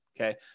Okay